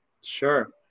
Sure